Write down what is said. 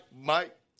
Mike